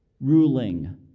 ruling